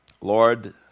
Lord